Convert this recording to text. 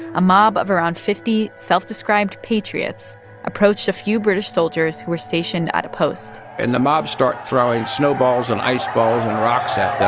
a mob of around fifty self-described patriots approached a few british soldiers who were stationed at a post and the mobs start throwing snowballs and ice balls and rocks at them